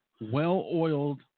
well-oiled